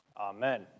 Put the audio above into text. Amen